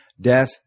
death